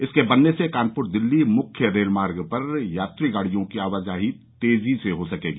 इसके बनने से कानपुर दिल्ली मुख्य रेल मार्ग पर यात्री गाड़ियों की आवाजाही तेजी से हो सकेगी